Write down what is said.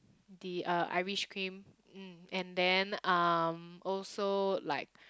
the uh Irish cream mm and then um also like